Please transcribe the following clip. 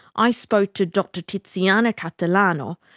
i spoke to dr tiziana catalano,